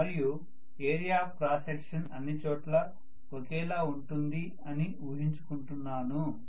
మరియు area of cross section అన్నిచోట్లా ఒకేలా ఉంటుంది అని ఊహించుకుంటున్నాను